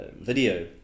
video